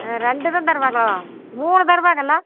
ம் ரெண்டு தான் தருவங்கோ மூணு தருவங்களா